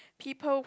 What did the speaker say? people